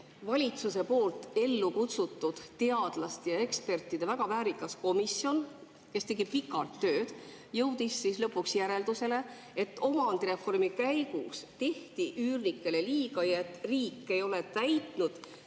valitsuse poolt ellu kutsutud teadlaste ja ekspertide väga väärikas komisjon, kes tegi pikalt tööd, jõudis lõpuks järeldusele, et omandireformi käigus tehti üürnikele liiga. Komisjon leidis, et riik ei ole täitnud